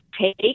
take